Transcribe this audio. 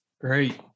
Great